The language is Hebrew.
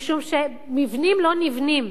משום שמבנים לא נבנים,